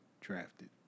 drafted